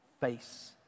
face